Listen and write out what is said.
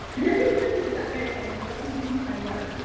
and everyone just sat there going, what? he didn't say that.